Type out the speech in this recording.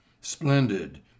splendid